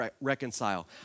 reconcile